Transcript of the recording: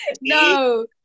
No